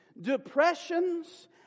depressions